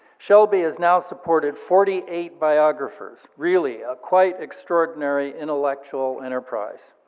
shelby has now supported forty eight biographers. really, a quite extraordinary intellectual enterprise.